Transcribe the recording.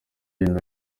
yenda